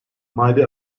mali